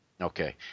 Okay